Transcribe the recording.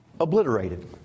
obliterated